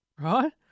right